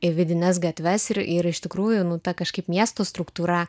vidines gatves ir ir iš tikrųjų nu ta kažkaip miesto struktūra